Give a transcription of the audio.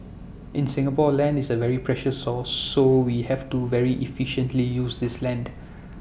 in Singapore land is A very precious source so we have to very efficiently use this land